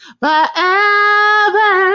forever